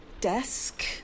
Desk